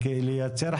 זה לא רק